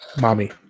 mommy